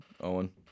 Owen